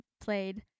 played